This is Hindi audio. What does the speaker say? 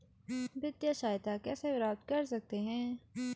वित्तिय सहायता कैसे प्राप्त कर सकते हैं?